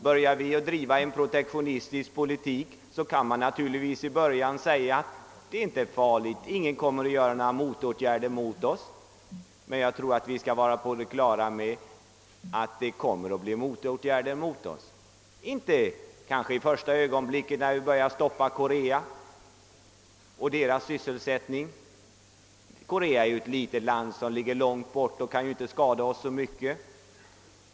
Börjar vi bedriva en protektionistisk politik, kan man kanske i förstone säga att det inte är så farligt; ingen kommer att vidta några åtgärder mot oss. Men jag tror att vi bör vara på det klara med att det så småningom kommer att vidtas motåtgärder, ehuru kanske inte omedelbart som vi börjar stoppa sysselsättningen i t.ex. Korea. Korea är ett litet land som ligger långt bort och som väl inte kan skada oss så mycket.